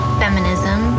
feminism